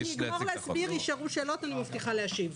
אגמור להסביר ואם יישארו שאלות אני מבטיחה להשיב.